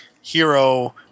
hero